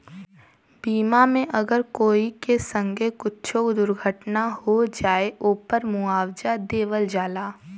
बीमा मे अगर कोई के संगे कुच्छो दुर्घटना हो जाए, ओपर मुआवजा देवल जाला